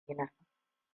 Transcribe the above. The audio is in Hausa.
na